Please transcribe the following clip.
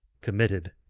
committed